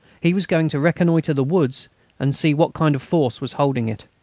he was going to reconnoitre the woods and see what kind of force was holding it.